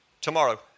tomorrow